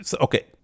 okay